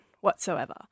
whatsoever